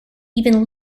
even